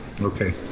Okay